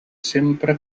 sempre